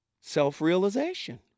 self-realization